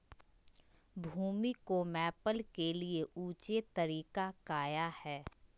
भूमि को मैपल के लिए ऊंचे तरीका काया है?